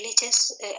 religious